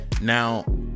now